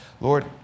Lord